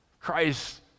Christ